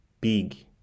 big